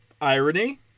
Irony